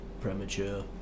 premature